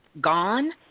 gone